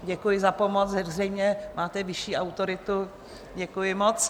Děkuji za pomoc, zřejmě máte vyšší autoritu, děkuji moc.